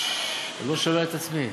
אני לא שומע את עצמי.